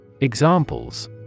Examples